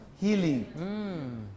Healing